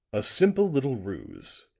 a simple little ruse,